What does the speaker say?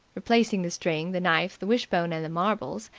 replacing the string, the knife, the wishbone and the marbles,